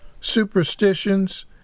superstitions